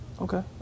Okay